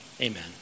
Amen